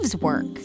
work